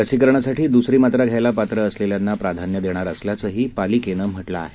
लसीकरणासाठी दुसरी मात्रा घ्यायला पात्र असलेल्यांना प्राधान्य देणार असल्याचंही पालिकेनं म्ह लं आहे